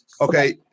Okay